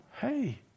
Hey